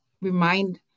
remind